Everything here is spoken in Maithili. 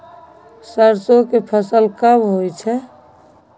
सरसो के फसल कब होय छै?